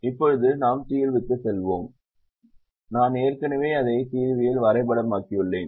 இப்போது நாம் தீர்விக்குச் செல்கிறோம் நான் ஏற்கனவே அதை தீர்வியில் வரைபடமாக்கியுள்ளேன்